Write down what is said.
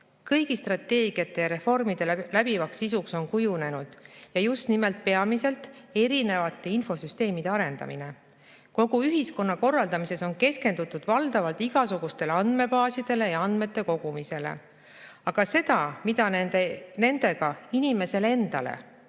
Kõigi strateegiate ja reformide läbivaks sisuks on kujunenud just nimelt peamiselt erinevate infosüsteemide arendamine. Kogu ühiskonna korraldamises on keskendutud valdavalt igasugustele andmebaasidele ja andmete kogumisele. Aga seda, mida nendega inimesele endale, kelle